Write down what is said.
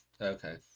Okay